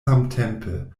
samtempe